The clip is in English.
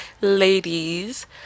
ladies